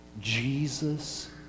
Jesus